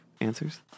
answers